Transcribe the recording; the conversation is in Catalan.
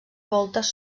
voltes